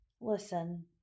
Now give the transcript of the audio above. listen